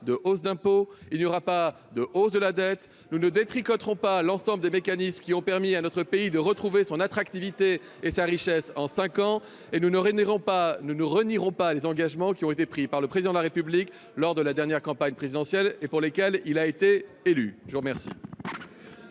de hausse d'impôts, il n'y aura pas de hausse de la dette, nous ne détricote rompt pas l'ensemble des mécanismes qui ont permis à notre pays de retrouver son attractivité et sa richesse en 5 ans, et nous n'iront pas, nous nous réunirons pas les engagements qui ont été pris par le président de la République lors de la dernière campagne présidentielle et pour lesquels il a été élu, je vous remercie.